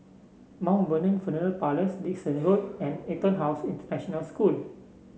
Mount Vernon Funeral Parlours Dickson Road and EtonHouse International School